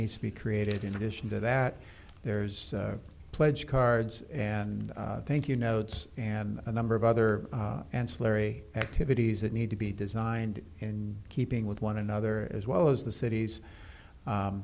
needs to be created in addition to that there's a pledge cards and thank you notes and a number of other ancillary activities that need to be designed in keeping with one another as well as the cit